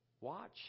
Watch